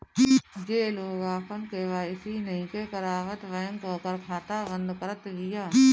जे लोग आपन के.वाई.सी नइखे करावत बैंक ओकर खाता बंद करत बिया